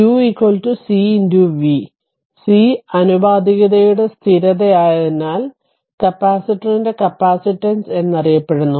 q c v c ആനുപാതികതയുടെ സ്ഥിരതയായതിനാൽ കപ്പാസിറ്ററിന്റെ കപ്പാസിറ്റൻസ് എന്നറിയപ്പെടുന്നു